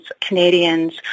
Canadians